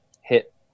hit